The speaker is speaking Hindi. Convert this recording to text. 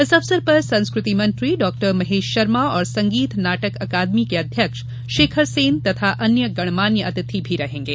इस अवसर पर संस्कृति मंत्री डॉ महेश शर्मा एवं संगीत नाटक अकादमी के अध्यक्ष शेखर सेन एवं अन्य गणमान्य अतिथि भी रहेंगे